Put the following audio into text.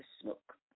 smoke